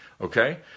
okay